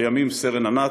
לימים סרן ענת,